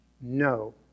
no